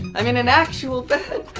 i'm in an actual bed.